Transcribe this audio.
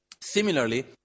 Similarly